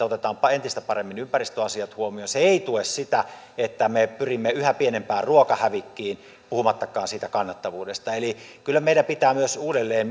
otetaanpa entistä paremmin ympäristöasiat huomioon se ei tue sitä että me pyrimme yhä pienempään ruokahävikkiin puhumattakaan siitä kannattavuudesta eli kyllä meidän pitää myös uudelleen